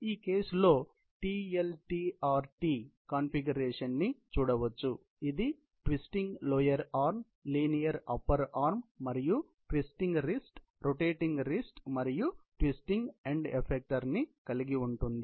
ఈ కేసులో T L T R T configuration ని చూడవచ్చును ఇది twisting lower arm linear upper arm మరియు ట్విస్టింగ్ రిస్ట్ రొటేటింగ్ రిస్ట్ మరియు ట్విస్టింగ్ ఎండ్ ఎఫెక్టర్ ను కలిగి ఉంటుంది